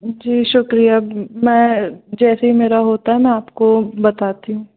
जी शुक्रिया मैं जैसे ही मेरा होता है मैं आपको बताती हूँ